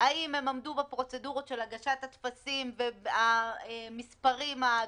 האם הן עמדו בפרוצדורות של הגשת הטפסים והמספרים הדרושים?